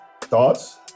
Thoughts